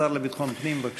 השר לביטחון פנים, בבקשה.